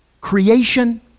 creation